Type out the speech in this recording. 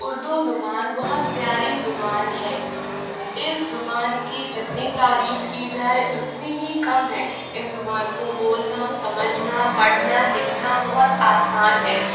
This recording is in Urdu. اردو زبان بہت پیاری زبان ہے اس زبان کی جتنی تعریف کی جائے اتنی ہی کم ہے اس زبان کو بولنا سمجھنا پڑھنا لکھنا بہت آسان ہے